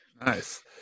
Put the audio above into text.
nice